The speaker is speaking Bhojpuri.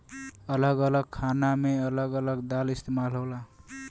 अलग अलग खाना मे अलग अलग दाल इस्तेमाल होला